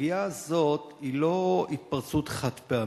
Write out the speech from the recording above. הסוגיה הזאת היא לא התפרצות חד-פעמית.